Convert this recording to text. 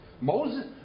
Moses